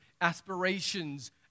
aspirations